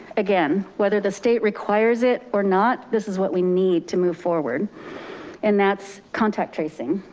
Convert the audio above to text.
again, whether the state requires it or not, this is what we need to move forward and that's contact tracing.